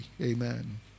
amen